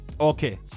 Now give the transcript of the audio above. Okay